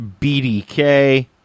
BDK